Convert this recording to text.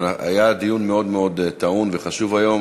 היה דיון מאוד מאוד טעון וחשוב היום,